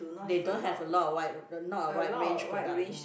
they don't have a lot of wide not a wide range product mm